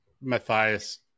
Matthias